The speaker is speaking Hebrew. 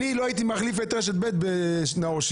אני אומר לך: אני לא הייתי מחליף את רשת ב' בנאור שירי.